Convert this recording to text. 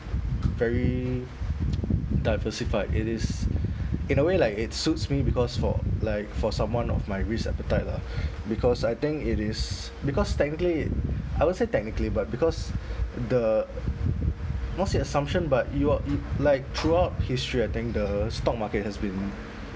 very diversified it is in a way like it suits me because for like for someone of my risk appetite lah because I think it is because technically I would say technically but because the not say assumption but you are y~ like throughout history I think the stock market has been